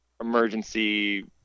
emergency